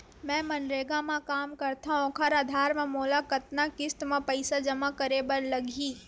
मैं मनरेगा म काम करथव, ओखर आधार म मोला कतना किस्त म पईसा जमा करे बर लगही?